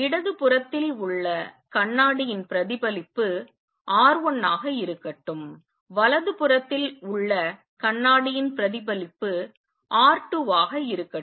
இடதுபுறத்தில் உள்ள கண்ணாடியின் பிரதிபலிப்பு R1 ஆக இருக்கட்டும் வலதுபுறத்தில் உள்ள கண்ணாடியின் பிரதிபலிப்பு R2 ஆக இருக்கட்டும்